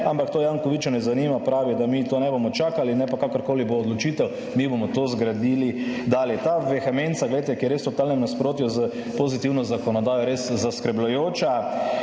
ampak to Jankovića ne zanima, pravi, da mi to ne bomo čakali, ne, pa kakorkoli bo odločitev, mi bomo to zgradili, dali. Ta vehemenca, glejte, ki je res v talnem nasprotju s pozitivno zakonodajo, je res zaskrbljujoča.